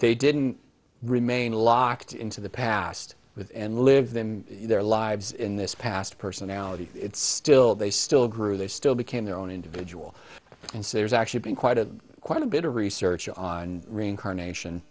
they didn't remain locked into the past with and live them their lives in this past personality it's still they still grew they still became their own individual and so there's actually been quite a quite a bit of research on reincarnation